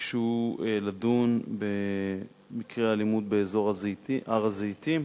ביקשו לדון במקרי האלימות באזור הר-הזיתים.